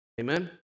Amen